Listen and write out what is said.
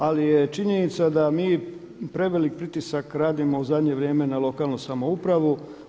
Ali je činjenica da mi prevelik pritisak radimo u zadnje vrijeme na lokalnu samoupravu.